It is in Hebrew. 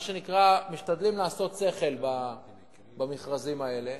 מה שנקרא: משתדלים לעשות שכל במכרזים האלה.